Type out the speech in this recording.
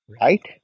Right